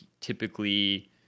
typically